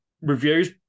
reviews